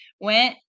went